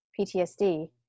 PTSD